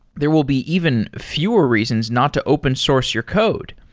there will be even fewer reasons not to open source your code